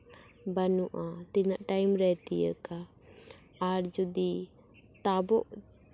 ᱵᱟᱹᱱᱩᱜᱼᱟ ᱛᱤᱱᱟᱹᱜ ᱴᱟᱭᱤᱢ ᱨᱮᱭ ᱛᱤᱭᱟᱹᱠᱟ ᱟᱨ ᱡᱩᱫᱤ ᱛᱟᱵᱚᱜ